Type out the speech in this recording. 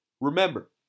Remember